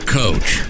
coach